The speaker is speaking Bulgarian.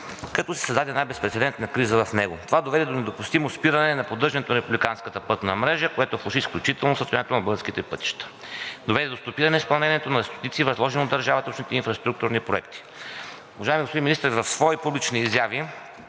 като се създаде една безпрецедентна криза в него. Това доведе до недопустимо спиране на поддържането на републиканската пътна мрежа, което влоши изключително състоянието на българските пътища, доведе до стопиране изпълнението на стотици възложени от държавата и общините инфраструктурни проекти. Уважаеми господин Министър, в свои публични изяви